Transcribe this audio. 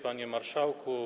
Panie Marszałku!